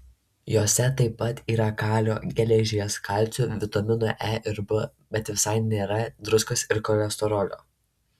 jose taip pat yra kalio geležies kalcio vitaminų e ir b bet visai nėra druskos ir cholesterolio